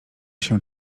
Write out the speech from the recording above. się